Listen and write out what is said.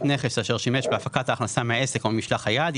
נכס אשר שימש בהפקת ההכנסה מהעסק או ממשלח היד,